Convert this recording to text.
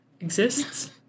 Exists